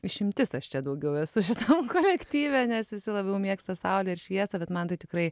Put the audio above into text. išimtis aš čia daugiau esu šitam kolektyve nes visi labiau mėgsta saulę ir šviesą bet man tai tikrai